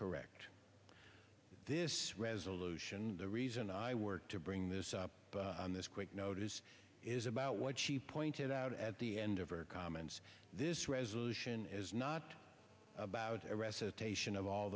correct this resolution and the reason i work to bring this up on this quick notice is about what she pointed out at the end of her comments this resolution is not about